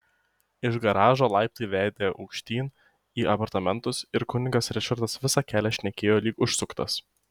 iš garažo laiptai vedė aukštyn į apartamentus ir kunigas ričardas visą kelią šnekėjo lyg užsuktas